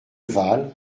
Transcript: vals